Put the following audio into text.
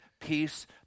peace